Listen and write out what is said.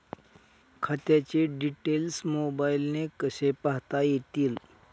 खात्याचे डिटेल्स मोबाईलने कसे पाहता येतील?